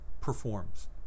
performs